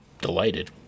delighted